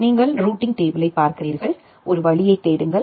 நீங்கள் ரூட்டிங் டேபிளைப் பார்க்கிறீர்கள் ஒரு வழியைத் தேடுங்கள்